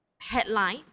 headline